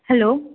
hello